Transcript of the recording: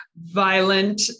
violent